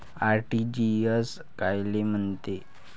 RTGS कायले म्हनते?